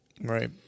Right